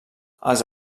els